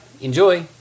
enjoy